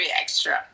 extra